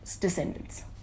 descendants